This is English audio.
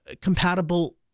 compatible